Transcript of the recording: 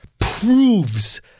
proves